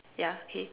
yeah okay